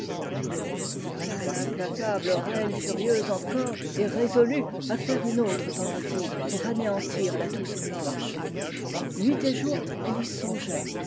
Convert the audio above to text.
voilà l'implacable reine furieuse encore et résolue à faire une autre tentative pour anéantir la douce blanche nuit et jour elle y songeait